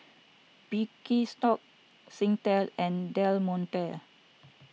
Birkenstock Singtel and Del Monte